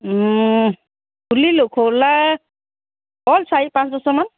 ওম খুলিলোঁ খোলা হ'ল চাৰি পাঁচ বছৰমান